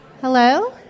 Hello